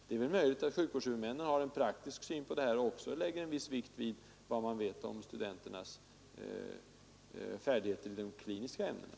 Det är möjligt att sjukvårdshuvudmännen har en praktisk syn på det här och lägger en viss vikt vid studenternas färdighet i de kliniska ämnena.